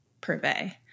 purvey